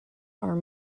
are